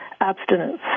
abstinence